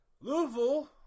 Louisville